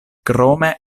krome